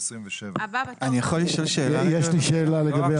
יש לי שאלה.